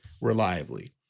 reliably